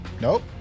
Nope